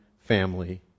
family